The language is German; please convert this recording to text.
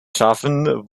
schaffen